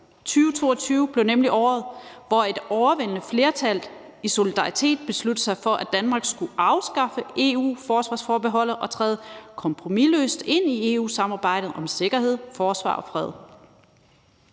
2022 blev nemlig året, hvor et overvældende flertal i solidaritet besluttede sig for, at Danmark skulle afskaffe EU-forsvarsforbeholdet og træde kompromisløst ind i EU-samarbejdet om sikkerhed, forsvar og fred.